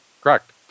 Correct